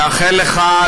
נאחל לך,